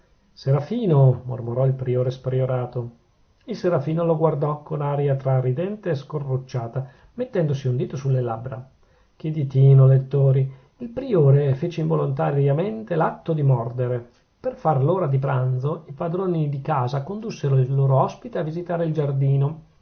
serafino mormorò il priore spriorato il serafino lo guardò con aria tra ridente e scorrucciata mettendosi un dito sulle labbra che ditino lettori il priore fece involontariamente l'atto di mordere per far l'ora di pranzo i padroni di casa condussero il loro ospite a visitare il giardino